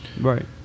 Right